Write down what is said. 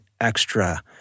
extra